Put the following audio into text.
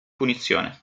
punizione